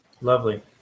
Lovely